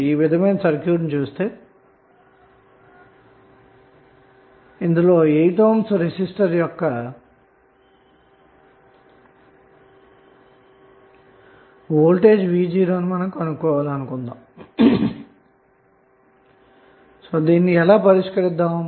ఇప్పుడు ఈ విధమైన సర్క్యూట్ నందలి 8 ohm రెసిస్టర్ యొక్క వోల్టేజ్ v0 ను కనుక్కోవాలంటే ఎలా పరిష్కరిస్తారు